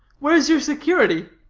where is your security?